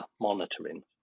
monitoring